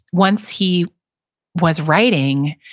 once he was writing,